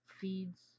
feeds